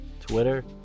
Twitter